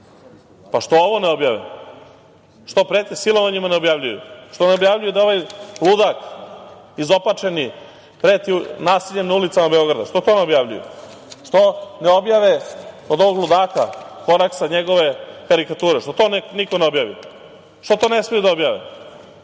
što ovo ne objave? Što pretnje silovanjima ne objavljuju? Što ne objavljuju da ovaj ludak izopačeni preti nasiljem na ulicama Beograda? Što to ne objavljuju? Što ne objave od ovog ludaka Koraksa karikature? Što to niko ne objavi? Što to ne sme da objave?